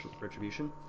Retribution